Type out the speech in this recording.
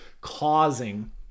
causing